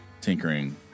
tinkering